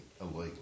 illegal